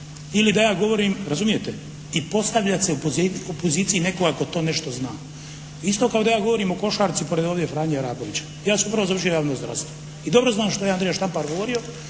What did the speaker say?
Ili da ja govorim, razumijete, i postavljati se u poziciji nekoga tko to nešto zna. Isto kao da ja govorim o košarci pred ovdje Franje Arapovića. Ja sam upravo završio javno zdravstvo i dobro znam što je Andrija Štampar govorio,